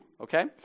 Okay